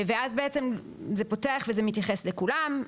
ואז בעצם זה פותח וזה מתייחס לכולם.